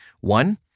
One